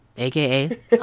AKA